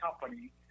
company